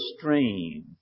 stream